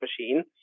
machine